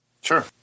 Sure